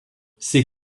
ces